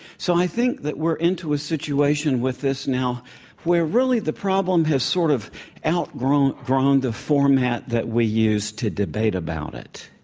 so i think that we're into a situation with this now where really the problem has sort of outgrown the format that we use to debate about it.